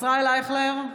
ישראל אייכלר,